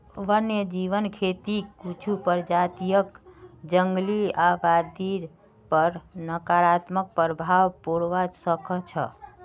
वन्यजीव खेतीक कुछू प्रजातियक जंगली आबादीर पर नकारात्मक प्रभाव पोड़वा स ख छ